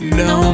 no